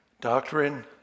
doctrine